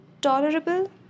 Tolerable